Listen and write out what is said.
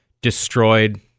destroyed